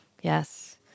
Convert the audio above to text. Yes